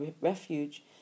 refuge